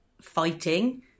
fighting